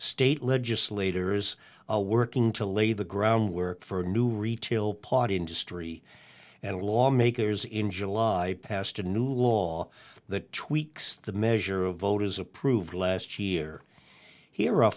state legislators are working to lay the groundwork for a new retail pawed industry and lawmakers in july passed a new law that tweaks the measure of voters approved last year here